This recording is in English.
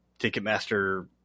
Ticketmaster